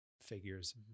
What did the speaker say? figures